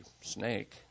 snake